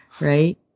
Right